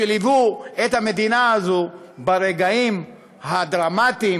ליוו את המדינה הזאת ברגעים הדרמטיים,